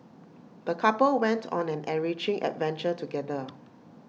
the couple went on an enriching adventure together